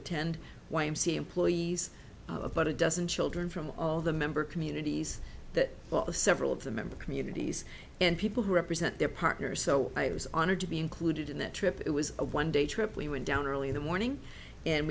attend y m c a employees about a dozen children from all the member communities that well of several of the member communities and people who represent their partner so i was honored to be included in that trip it was a one day trip we went down early in the morning and